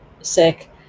sick